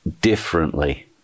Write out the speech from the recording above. differently